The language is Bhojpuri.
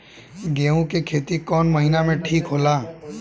गेहूं के खेती कौन महीना में ठीक होला?